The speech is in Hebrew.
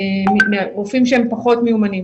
רופאים שהם פחות מיומנים,